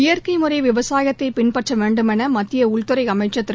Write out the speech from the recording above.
இயற்கை முறை விவசாயத்தை பின்பற்ற வேண்டுமென மத்திய உள்துறை அமைச்சர் திரு